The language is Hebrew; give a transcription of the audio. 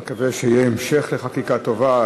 אני מקווה שיהיה המשך לחקיקה טובה.